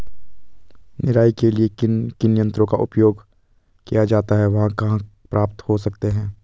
निराई के लिए किन किन यंत्रों का उपयोग किया जाता है वह कहाँ प्राप्त हो सकते हैं?